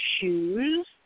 shoes